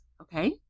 Okay